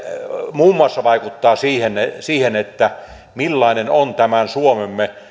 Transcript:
muun muassa vaikuttaa siihen millainen on tämän suomemme